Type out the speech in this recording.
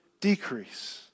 decrease